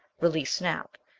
release snap.